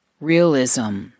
realism